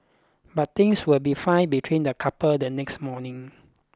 but things would be fine between the couple the next morning